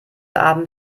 abend